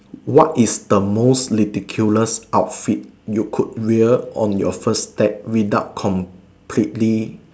what is the most ridiculous outfit you could wear on your first date without completely